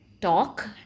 talk